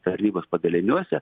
tarnybos padaliniuose